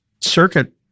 circuit